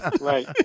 Right